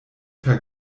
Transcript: per